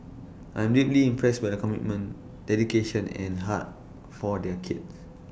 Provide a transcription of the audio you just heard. I'm deeply impressed by the commitment dedication and heart for their kids